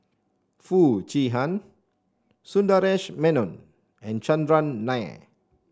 Foo Chee Han Sundaresh Menon and Chandran Nair